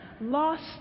lost